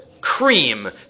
cream